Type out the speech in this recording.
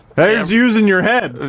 that is using your head.